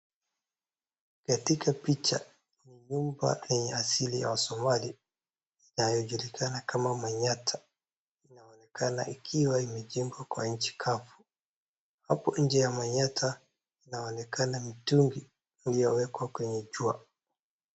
Katika picha, ni nyumba yenye asili ya wasomali, inayojulikana kama manyata, inaonekana ikiwa imejengwa kwa nchi kavu. Hapo nje ya manyata unaonekana mtungi uliowekwa kwenye jua.